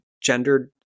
gendered